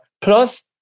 Plus